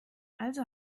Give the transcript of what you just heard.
also